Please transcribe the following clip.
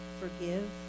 Forgive